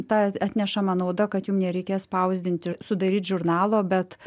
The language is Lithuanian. ta at atnešama nauda kad jum nereikės spausdinti sudaryt žurnalo bet